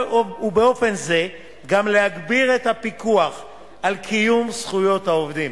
ובאופן זה גם להגביר את הפיקוח על קיום זכויות העובדים.